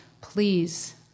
Please